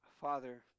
Father